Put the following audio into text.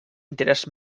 interés